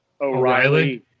O'Reilly